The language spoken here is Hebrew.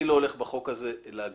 אני לא הולך בחוק הזה להגביל.